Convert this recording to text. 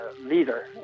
leader